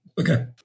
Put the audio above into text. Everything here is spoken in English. Okay